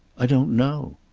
i don't know.